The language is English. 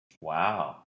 Wow